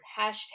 hashtag